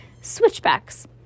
Switchbacks